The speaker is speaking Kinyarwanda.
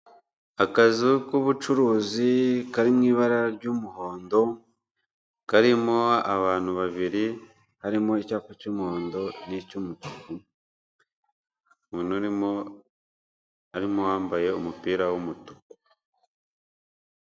Akazu k'ubucuruzi, kari mu ibara ry'umuhondo, karimo abantu babiri, harimo icyapa cy'umuhondo n'icy'umutuku. Umuntu urimo, harimo uwambaye umupira w'umutuku.